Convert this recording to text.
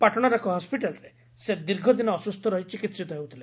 ପାଟଣାର ଏକ ହସ୍କିଟାଲରେ ସେ ଦୀର୍ଘଦିନ ଅସୁସ୍ଥ ରହି ଚିକିିିତ ହେଉଥିଲେ